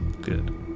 good